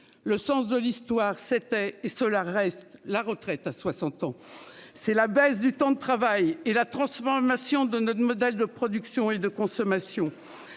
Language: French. Le sens de l'histoire c'était et cela reste la retraite à 60 ans, c'est la baisse du temps de travail et la transformation de notre modèle de production et de consommation,